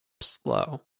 slow